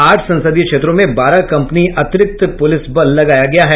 आठ संसदीय क्षेत्रों में बारह कंपनी अतिरिक्त पुलिस बल लगाया गया है